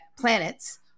planets